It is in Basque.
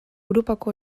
europako